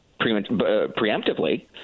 preemptively